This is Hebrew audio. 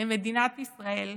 למדינת ישראל,